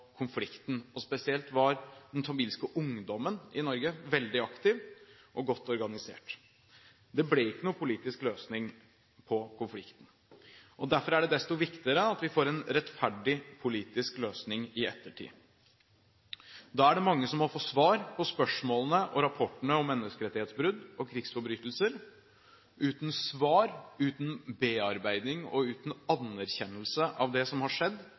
konflikten. Spesielt var den tamilske ungdommen i Norge veldig aktiv og godt organisert. Det ble ikke noen politisk løsning på konflikten. Derfor er det desto viktigere at vi får en rettferdig politisk løsning i ettertid. Da er det mange som må få svar på spørsmålene og rapportene om menneskerettighetsbrudd og krigsforbrytelser. Uten svar, uten bearbeiding og uten anerkjennelse av det som har skjedd,